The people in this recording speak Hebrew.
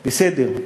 בסדר.